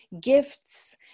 gifts